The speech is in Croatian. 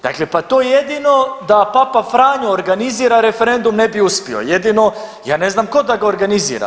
Dakle, pa to jedino da Papa Franjo organizira referendum ne bi uspio, jedino ja ne znam da tko da ga organizira.